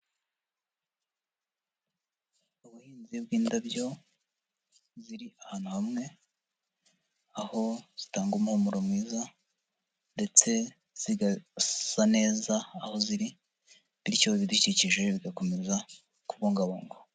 Ubuhinzi bw'indabyo ziri ahantu hamwe, aho zitanga umuhumuro mwiza ndetse zigasa neza aho ziri bityo ibidukikije bigakomeza kubungabungwa.